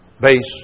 base